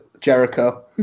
Jericho